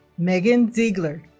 meghan ziegler